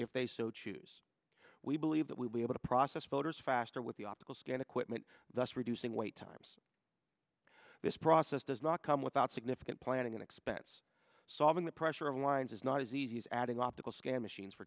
if they so choose we believe that we'll be able to process voters faster with the optical scan equipment thus reducing wait times this process does not come without significant planning and expense solving the pressure of lines is not as easy as adding optical sca